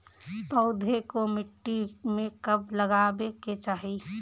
पौधे को मिट्टी में कब लगावे के चाही?